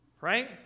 Right